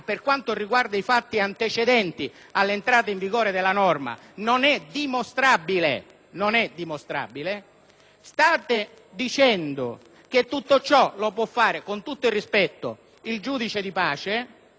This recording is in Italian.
State dicendo che tutto ciò lo può fare, con tutto il rispetto, il giudice di pace. State dicendo che intanto il clandestino, sia regolare che irregolare, se ne va, poi se ne parlerà.